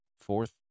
fourth